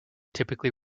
typically